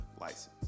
license